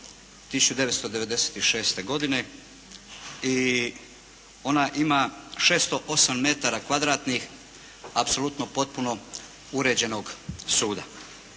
1996. godine i ona ima 608 m2 apsolutno potpuno uređenog suda,